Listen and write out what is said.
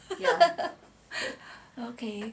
okay